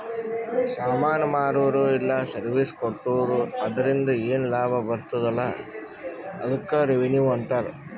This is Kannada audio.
ಸಾಮಾನ್ ಮಾರುರ ಇಲ್ಲ ಸರ್ವೀಸ್ ಕೊಟ್ಟೂರು ಅದುರಿಂದ ಏನ್ ಲಾಭ ಬರ್ತುದ ಅಲಾ ಅದ್ದುಕ್ ರೆವೆನ್ಯೂ ಅಂತಾರ